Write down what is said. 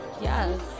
yes